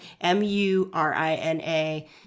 M-U-R-I-N-A